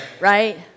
Right